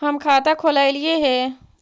हम खाता खोलैलिये हे?